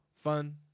fun